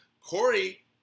Corey